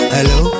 Hello